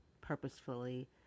purposefully